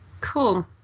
Cool